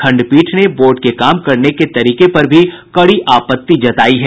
खंडपीठ ने बोर्ड के काम करने के तरीके पर भी कड़ी आपत्ति जतायी है